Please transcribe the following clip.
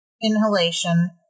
inhalation